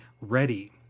ready